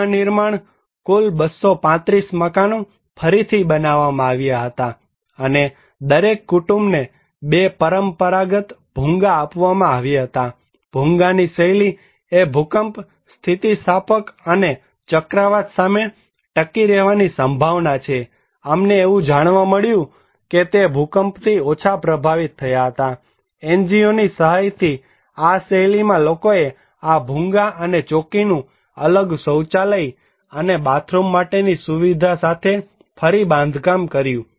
પુનનિર્માણ કુલ 235 મકાનો ફરીથી બનાવવામાં આવ્યા હતા અને દરેક કુટુંબને 2 પરંપરાગત ભૂંગા આપવામાં આવ્યા હતા ભુંગાની શૈલી એ ભૂકંપ સ્થિતિસ્થાપક અને ચક્રવાત સામે ટકી રહેવાની સંભાવના છે અમને એવું જાણવા મળ્યું કે તે ભૂકંપથી ઓછા પ્રભાવિત થયા હતા NGOની સહાયથી આ શૈલીમાં લોકોએ આ ભૂંગા અને ચોકીનું અલગ શૌચાલય અને બાથરૂમ માટેની સુવિધા સાથે ફરી બાંધકામ કર્યું